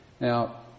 Now